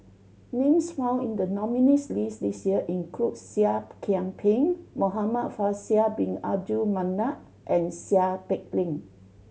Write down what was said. names found in the nominees' list this year include Seah Kian Peng Muhamad Faisal Bin Abdul Manap and Seow Peck Leng